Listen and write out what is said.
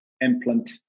implant